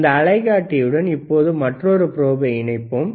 இந்த அலைக்காட்டியுடன் இப்பொழுது மற்றொரு ப்ரோபை இணைப்போம்